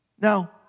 Now